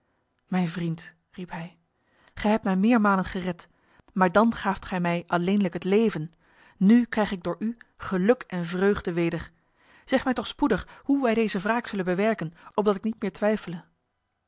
mijn vriend riep hij gij hebt mij meermalen gered maar dan gaaft gij mij alleenlijk het leven nu krijg ik door u geluk en vreugde weder zeg mij toch spoedig hoe wij deze wraak zullen bewerken opdat ik niet meer twijfele